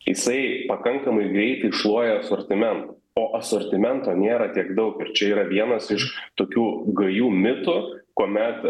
jisai pakankamai greit iššluoja asortimentą o asortimento nėra tiek daug ir čia yra vienas iš tokių gajų mitų kuomet